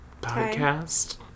podcast